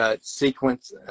sequence